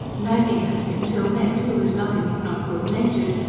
nagging at him till ned, who was nothing if not good-natured,